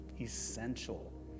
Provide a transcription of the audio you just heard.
essential